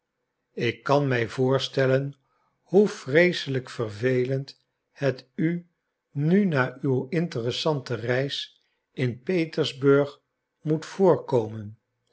ik kan mij voorstellen hoe vreeselijk vervelend het u nu na uw interessante reis in petersburg moet voorkomen